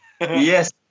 Yes